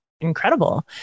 incredible